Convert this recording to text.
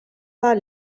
pas